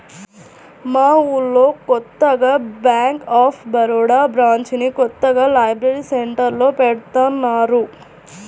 మా ఊళ్ళో కొత్తగా బ్యేంక్ ఆఫ్ బరోడా బ్రాంచిని కొత్తగా లైబ్రరీ సెంటర్లో పెడతన్నారు